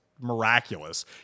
miraculous